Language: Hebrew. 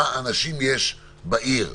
אחרת, אם יש לך 100,000 בבני ברק,